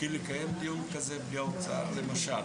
כי לקיים דיון כזה בלי האוצר, למשל